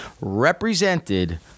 represented